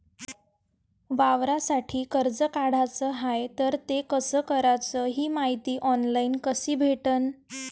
वावरासाठी कर्ज काढाचं हाय तर ते कस कराच ही मायती ऑनलाईन कसी भेटन?